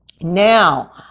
Now